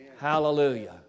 Hallelujah